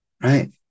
right